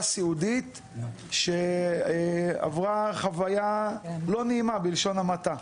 סיעודית שעברה חוויה לא נעימה בלשון המעטה.